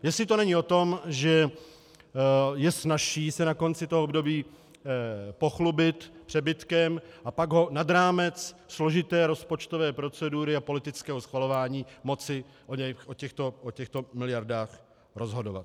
Jestli to není o tom, že je snazší se na konci období pochlubit přebytkem a pak nad rámec složité rozpočtové procedury a politického schvalování moci o těchto miliardách rozhodovat.